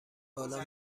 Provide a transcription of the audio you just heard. بالا